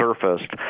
surfaced